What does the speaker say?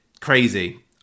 crazy